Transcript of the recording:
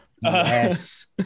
Yes